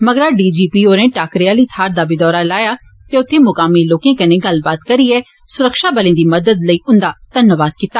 मगरा डीजीपी होरें टाक्करे आहली थाहरै दा बी दौरा लाया ते उत्थें मुकामी लोकें कन्नै गल्लबात करियै सुरक्षाबलें दी मदद लेई उंदा धन्नवाद कीता